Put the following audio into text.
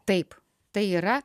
taip tai yra